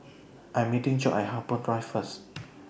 I Am meeting Jobe At Harbour Drive First